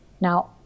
Now